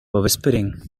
whispering